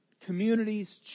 communities